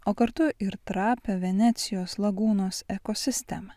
o kartu ir trapią venecijos lagūnos ekosistemą